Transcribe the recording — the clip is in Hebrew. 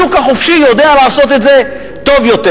השוק החופשי יודע לעשות את זה טוב יותר.